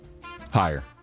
Higher